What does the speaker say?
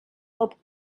hoped